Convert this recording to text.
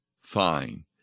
fine